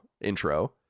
intro